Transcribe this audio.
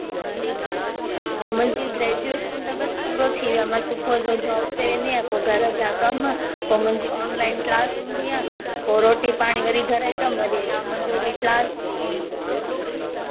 हा मुंहिंजी ग्रेज़ुएशन त बसि पूरो थी वियो आहे मां सुबुह जो जॉब ते वेंदी आहियां पो घर जा कमु पोइ मुंहिंजी ऑनलाइन क्लास हूंदी आहे पोइ रोटी पाणी पोइ वरी घर जो कमु पोइ वरी शाम जो मुंहिंजो बि क्लास ईंअ